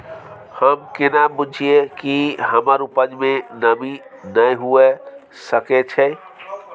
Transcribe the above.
हम केना बुझीये कि हमर उपज में नमी नय हुए सके छै?